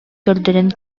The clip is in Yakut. көрдөрөн